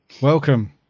Welcome